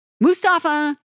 Mustafa